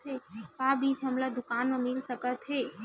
का बीज हमला दुकान म मिल सकत हे?